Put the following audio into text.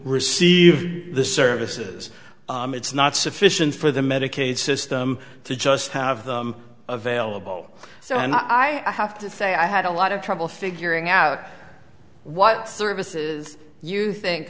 receive the services it's not sufficient for the medicaid system to just have them available so i'm not i have to say i had a lot of trouble figuring out what services you think